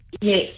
yes